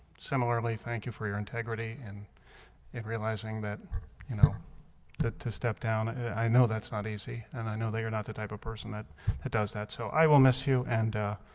similarly, thank you for your integrity and realizing that you know that to step down i know that's not easy and i know they are not the type of person that that does that so i will miss you and